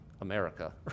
America